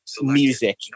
music